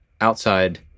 outside